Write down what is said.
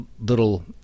little